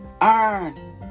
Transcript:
Iron